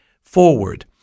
forward